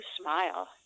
smile